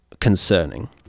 concerning